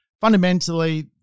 fundamentally